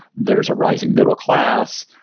there's a rising middle-class,